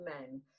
men